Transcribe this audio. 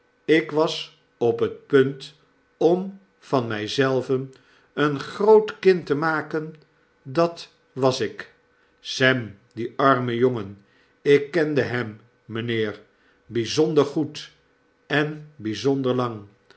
ik was op het punt om van my zelven een groot kind te maken dat was ik sem die arme jongen ik kende hem mynheer bijzonder goed en byzonder lang